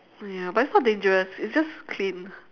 ya but it's not dangerous it's just clean